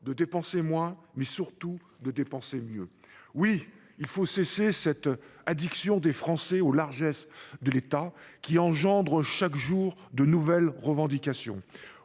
de dépenser moins, mais surtout de dépenser mieux ! Oui, il faut mettre fin à cette addiction des Français aux largesses de l’État, qui engendre chaque jour de nouvelles revendications